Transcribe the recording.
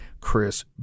Chris